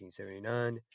1979